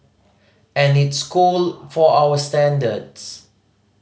and it's cold for our standards